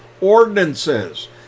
ordinances